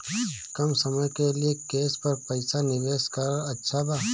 कम समय के लिए केस पर पईसा निवेश करल अच्छा बा?